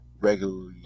regularly